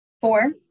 Four